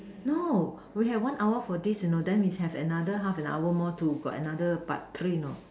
no we have one hour for this you know then we have another half an hour more to got another part three you know